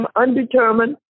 undetermined